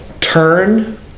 turn